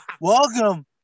Welcome